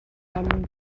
engine